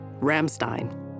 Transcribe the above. Ramstein